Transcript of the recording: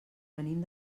venim